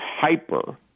hyper